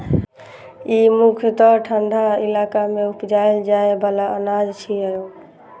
ई मुख्यतः ठंढा इलाका मे उपजाएल जाइ बला अनाज छियै